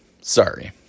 Sorry